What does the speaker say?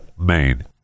Maine